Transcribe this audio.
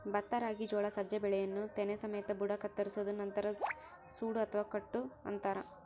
ಭತ್ತ ರಾಗಿ ಜೋಳ ಸಜ್ಜೆ ಬೆಳೆಯನ್ನು ತೆನೆ ಸಮೇತ ಬುಡ ಕತ್ತರಿಸೋದು ನಂತರ ಸೂಡು ಅಥವಾ ಕಟ್ಟು ಕಟ್ಟುತಾರ